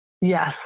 Yes